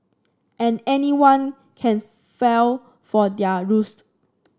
and anyone can fell for their ruse